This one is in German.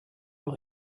auch